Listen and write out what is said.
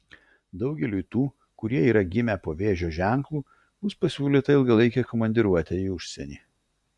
daugeliui tų kurie yra gimę po vėžio ženklu bus pasiūlyta ilgalaikė komandiruotė į užsienį